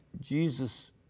Jesus